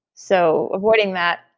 so avoiding that,